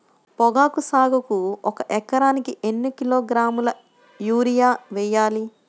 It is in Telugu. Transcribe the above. పొగాకు సాగుకు ఒక ఎకరానికి ఎన్ని కిలోగ్రాముల యూరియా వేయాలి?